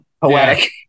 Poetic